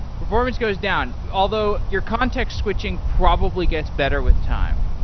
performance go down, although your context switching probably gets better with time.